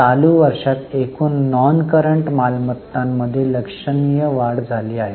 चालू वर्षात एकूण नॉनक्रॉन्ट मालमत्तांमध्ये लक्षणीय वाढ झाली आहे